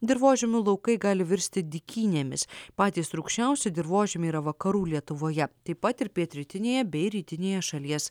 dirvožemių laukai gali virsti dykynėmis patys rūgščiausi dirvožemiai yra vakarų lietuvoje taip pat ir pietrytinėje bei rytinėje šalies